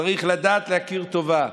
צריך לדעת להכיר טובה,